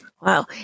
Wow